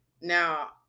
now